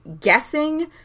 guessing